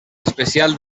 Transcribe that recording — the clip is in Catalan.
especial